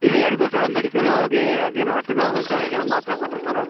ಇಲ್ಲ ಯಾರಿಗೆ ತೋರ್ಸೋದು ಆ ಮೆಡಿಕಲಿಗೆ ಹೋಗೀ ಅದ್ದು ಏನು ಹೊಟ್ಟೆ ನೋವ್ದು ಅಂಥೇಳಿಗಿನ ಮಾತ್ರೆ ಕೊಟ್ಟರು ಸರ್